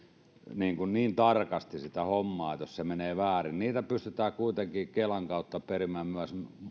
niin tarkasti sitä hommaa että jos se menee väärin niitä pystytään kuitenkin kelan kautta perimään myös